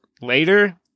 later